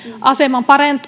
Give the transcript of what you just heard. aseman